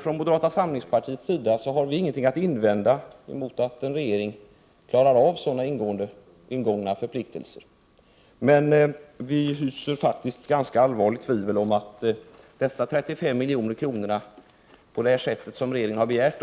Från moderata samlingspartiets sida har vi ingenting att invända mot att en regering klarar av ingångna förpliktelser, men vi hyser faktiskt ganska allvarliga tvivel på att dessa 35 milj.kr. som regeringen har begärt